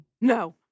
no